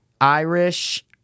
Irish